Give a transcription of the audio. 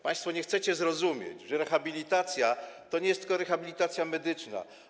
Państwo nie chcecie zrozumieć, że rehabilitacja to jest nie tylko rehabilitacja medyczna.